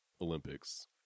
Olympics